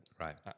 Right